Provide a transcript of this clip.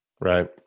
Right